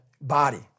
body